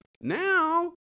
Now